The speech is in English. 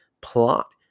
plot